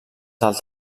del